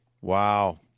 Wow